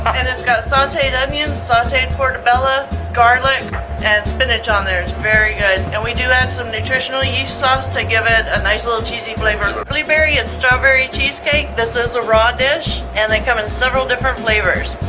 and it's got sauteed onions sauteed pork bella garlic and spinach on there is very good and we do have some nutritional yeast sauce to give it a nice little cheesy flavor quickly berry and strawberry cheesecake this is a raw dish and they come in several different flavors